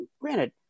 granted